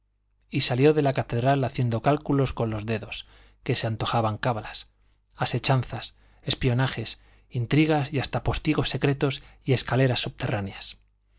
y salió de la catedral haciendo cálculos por los dedos que se le antojaban cábalas asechanzas espionaje intrigas y hasta postigos secretos y escaleras subterráneas